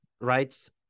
rights